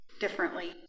differently